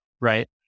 Right